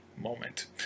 moment